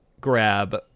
grab